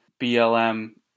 BLM